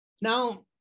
Now